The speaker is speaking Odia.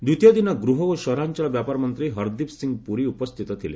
ଦ୍ୱିତୀୟ ଦିନ ଗୃହ ଓ ସହରାଞ୍ଚଳ ବ୍ୟାପାର ମନ୍ତ୍ରୀ ହରଦୀପ ସିଂ ପୁରୀ ଉପସ୍ଥିତ ଥିଲେ